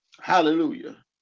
Hallelujah